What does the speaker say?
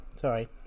Sorry